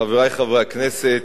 חברי חברי הכנסת,